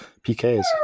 PKs